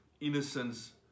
innocence